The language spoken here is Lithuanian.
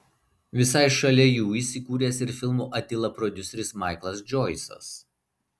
visai šalia jų įsikūręs ir filmo atila prodiuseris maiklas džoisas